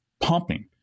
pumping